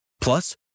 Plus